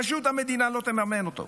פשוט המדינה לא תממן אותו.